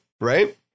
right